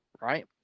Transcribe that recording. right